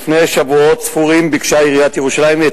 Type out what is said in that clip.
לפני שבועות ספורים ביקשה עיריית ירושלים את